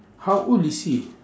how old is he